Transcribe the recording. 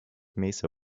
mesa